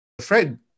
Fred